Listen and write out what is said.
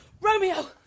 Romeo